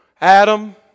Adam